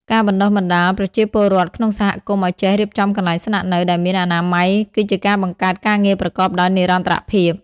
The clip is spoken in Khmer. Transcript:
ការបណ្តុះបណ្តាលប្រជាពលរដ្ឋក្នុងសហគមន៍ឱ្យចេះរៀបចំកន្លែងស្នាក់នៅ ដែលមានអនាម័យ គឺជាការបង្កើតការងារប្រកបដោយនិរន្តរភាព។